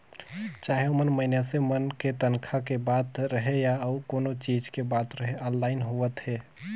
चाहे ओमन मइनसे मन के तनखा के बात रहें या अउ कोनो चीच के बात रहे आनलाईन होवत हे